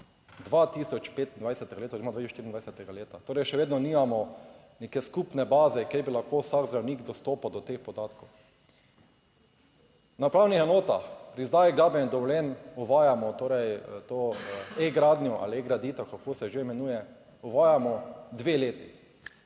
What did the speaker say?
2025 leta oziroma 2024 leta. Torej, še vedno nimamo neke skupne baze, kjer bi lahko vsak zdravnik dostopal do teh podatkov. Na upravnih enotah pri izdaji gradbenih dovoljenj uvajamo to e-gradnjo ali graditev, kako se že imenuje, uvajamo dve leti.